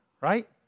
right